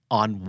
on